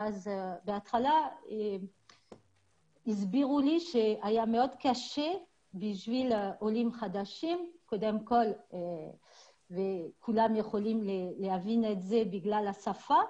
בהתחלה הסבירו לי שיהיה מאוד קשה לעולים חדשים בגלל השפה